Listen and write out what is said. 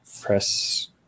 press